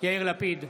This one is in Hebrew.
יאיר לפיד,